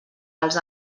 els